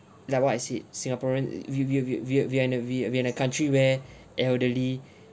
like what I said singaporean we we we we are in a we we are in a country where elderly